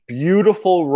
beautiful